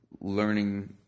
learning